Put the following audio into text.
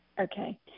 Okay